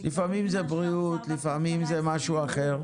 לפעמים זה בריאות, לפעמים זה משהו אחר.